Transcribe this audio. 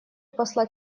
посла